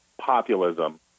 populism –